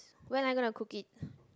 when are you going to cook it